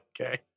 Okay